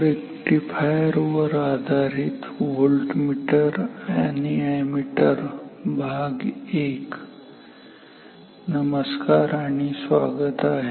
rectifier वर आधारित voltmeter आणि अॅमीटर- I नमस्कार आणि स्वागत आहे